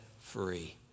free